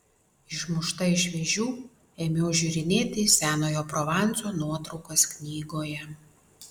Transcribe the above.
išmušta iš vėžių ėmiau žiūrinėti senojo provanso nuotraukas knygoje